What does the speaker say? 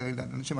לאנשים אחרים.